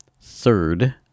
third